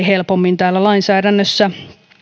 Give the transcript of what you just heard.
helpommin täällä lainsäädännössä